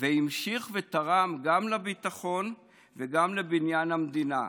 והמשיך ותרם גם לביטחון וגם לבניין המדינה,